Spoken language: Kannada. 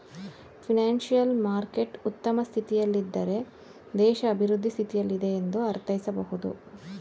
ಫೈನಾನ್ಸಿಯಲ್ ಮಾರ್ಕೆಟ್ ಉತ್ತಮ ಸ್ಥಿತಿಯಲ್ಲಿದ್ದಾರೆ ದೇಶ ಅಭಿವೃದ್ಧಿ ಸ್ಥಿತಿಯಲ್ಲಿದೆ ಎಂದು ಅರ್ಥೈಸಬಹುದು